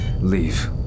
leave